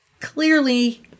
Clearly